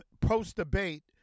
post-debate